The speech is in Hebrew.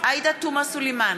עאידה תומא סלימאן,